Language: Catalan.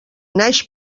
naix